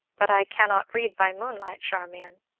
but i cannot read by moonlight, charmian.